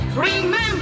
remember